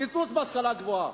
קיצוץ בהשכלה הגבוהה.